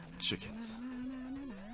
chickens